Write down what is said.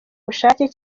bushake